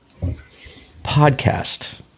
Podcast